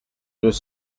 deux